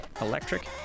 electric